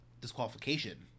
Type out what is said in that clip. disqualification